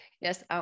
yes